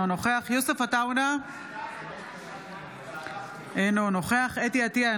אינו נוכח יוסף עטאונה אינו נוכח חוה אתי עטייה,